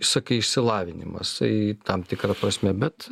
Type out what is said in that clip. sakai išsilavinimas tai tam tikra prasme bet